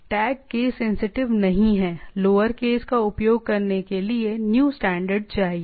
tag case sensitive नहीं हैं lower case का उपयोग करने के लिए न्यू स्टैंडर्ड चाहिए